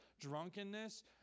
drunkenness